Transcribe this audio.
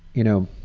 you know,